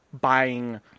buying